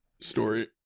story